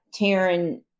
Taryn